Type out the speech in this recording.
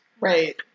Right